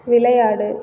விளையாடு